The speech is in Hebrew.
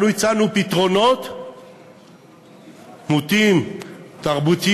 אנחנו הצענו פתרונות מוטים תרבותית